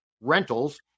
rentals